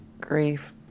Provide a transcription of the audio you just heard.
grief